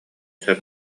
сөп